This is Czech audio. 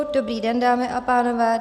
Dobrý den, dámy a pánové.